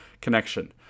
Connection